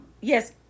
yes